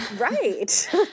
Right